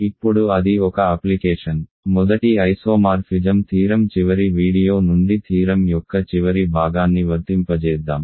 ఇప్పుడు అది ఒక అప్లికేషన్ మొదటి ఐసోమార్ఫిజం థీరం చివరి వీడియో నుండి థీరం యొక్క చివరి భాగాన్ని వర్తింపజేద్దాం